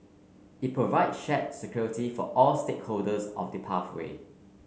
it provide shared security for all stakeholders of the pathway